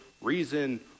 reason